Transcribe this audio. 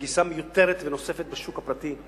נגיסה מיותרת ונוספת בשוק הפרטי,